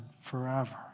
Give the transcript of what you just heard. forever